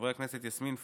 חברי הכנסת יסמין פרידמן,